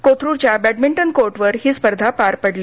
कोथरुडच्या badminton कोर्टवर ही स्पर्धा पार पडली